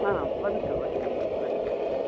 आम् वदतु भगिनी वदतु